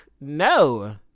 No